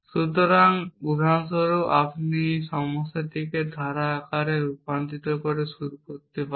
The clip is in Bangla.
সুতরাং উদাহরণস্বরূপ আপনি এই সমস্যাটিকে ধারা আকারে রূপান্তর করে শুরু করতে পারেন